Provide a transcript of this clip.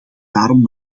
daarom